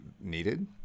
needed